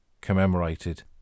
commemorated